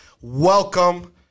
Welcome